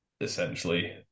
essentially